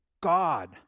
God